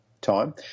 time